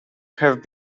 have